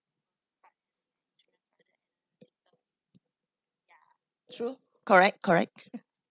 true correct correct